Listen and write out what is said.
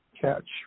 catch